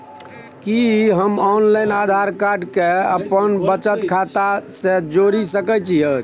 कि हम online Aadhaar card के अपन बचत खाता से जोरि सकै छी?